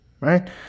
right